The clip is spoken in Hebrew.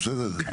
הכל בסדר?